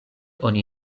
oni